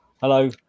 Hello